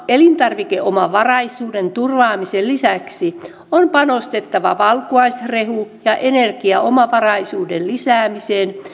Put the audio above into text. elintarvikeomavaraisuuden turvaamisen lisäksi on panostettava valkuaisrehu ja energiaomavaraisuuden lisäämiseen